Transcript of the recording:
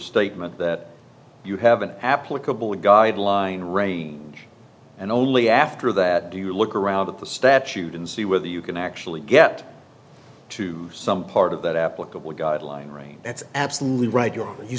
statement that you have an applicable guideline right and only after that you look around at the statute and see whether you can actually get to some part of that applicable guideline range that's absolutely right you're you